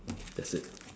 that's it